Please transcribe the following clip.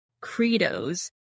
credos